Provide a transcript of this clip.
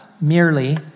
merely